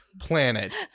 planet